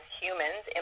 humans